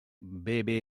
bbva